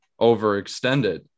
overextended